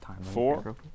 four